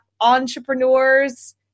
entrepreneurs